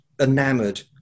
enamoured